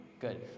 Good